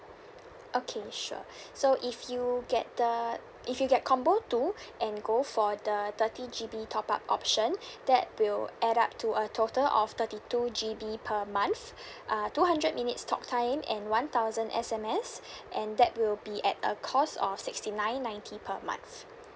okay sure so if you get the if you get combo two and go for the thirty G_B top up option that will add up to a total of thirty two G_B per month uh two hundred minutes talk time and one thousand S_M_S and that will be at a cost of sixty nine ninety per month